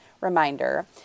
reminder